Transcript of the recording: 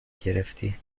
گرفتی